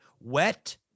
wet